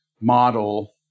model